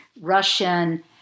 Russian